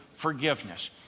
forgiveness